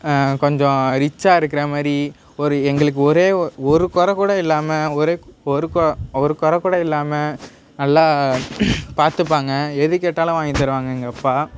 கொஞ்சம் ரிச்சாக இருக்கிற மாதிரி ஒரு எங்களுக்கு ஒரே ஒரு கொறைக் கூட இல்லாமல் ஒரே ஒரு ஒரு கொறைக் கூட இல்லாமல் நல்லா பார்த்துப்பாங்க எது கேட்டாலும் வாங்கித் தருவாங்க எங்கள் அப்பா